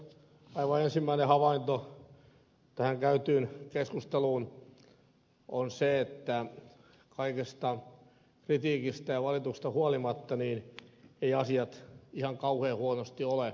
aivan ensimmäinen havainto tästä käydystä keskustelusta on se että kaikesta kritiikistä ja valituksista huolimatta eivät asiat ihan kauhean huonosti ole